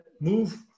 move